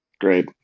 Great